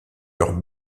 leurs